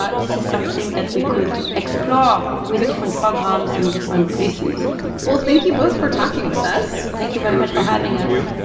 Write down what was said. ah this is something that we could explore with different programs in different places well, thank you both for talking with us thank you very much for having ah us